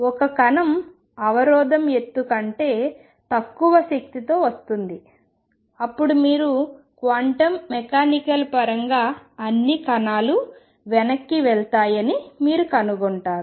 ఒక కణం అవరోధం ఎత్తు కంటే తక్కువ శక్తితో వస్తుంది అప్పుడు మీరు క్వాంటం మెకానికల్ పరంగా అన్ని కణాలు వెనక్కి వెళ్తాయని మీరు కనుగొంటారు